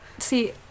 See